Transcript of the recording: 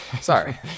Sorry